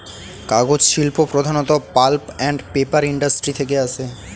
কাগজ শিল্প প্রধানত পাল্প অ্যান্ড পেপার ইন্ডাস্ট্রি থেকে আসে